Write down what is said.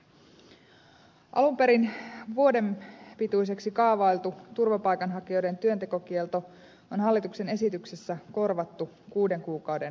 alun perin vuoden pituiseksi kaavailtu turvapaikanhakijoiden työntekokielto on hallituksen esityksessä korvattu kuuden kuukauden rajoituksella